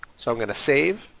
so we're going to save,